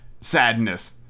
sadness